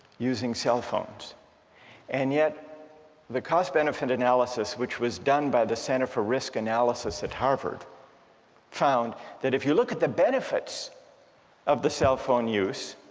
using cell phones and yet the cost benefit analysis which was done by the center for risk analysis at harvard found that if you look at the benefits of the cell phone use